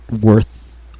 worth